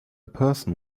person